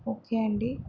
okay అండి